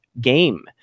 game